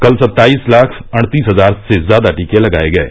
कल सत्ताईस लाख अड़तीस हजार से ज्यादा टीके लगाये गये